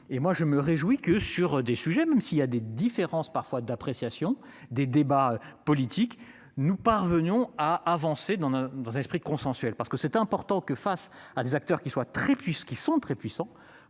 Et moi je me réjouis que sur des sujets, même s'il y a des différences parfois d'appréciation des débats politiques nous parvenions à avancer dans dans un esprit consensuel parce que c'est important que face à des acteurs qui soit très puisqu'ils